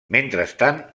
mentrestant